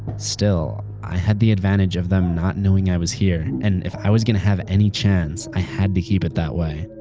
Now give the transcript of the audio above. still, i had the advantage of them not knowing i was here, and if i was going to have any chance, i had to keep it that way.